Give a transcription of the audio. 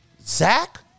Zach